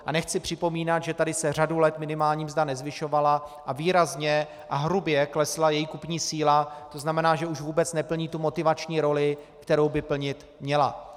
A nechci připomínat, že tady se řadu let minimální mzda nezvyšovala a výrazně a hrubě klesla její kupní síla, to znamená, že už vůbec neplní tu motivační roli, kterou by plnit měla.